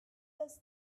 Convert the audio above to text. does